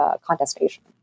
contestation